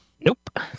nope